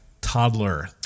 toddler